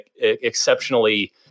exceptionally